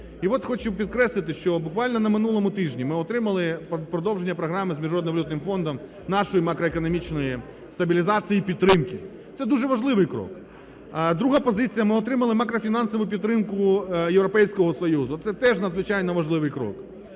І от хочу підкреслити, що буквально на минулому тижні ми отримали продовження програми з Міжнародним валютним фондом нашої макроекономічної стабілізації і підтримки, це дуже важливий крок. Друга позиція, ми отримали макрофінансову підтримку Європейського Союзу, це теж надзвичайно важливий крок.